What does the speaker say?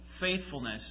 faithfulness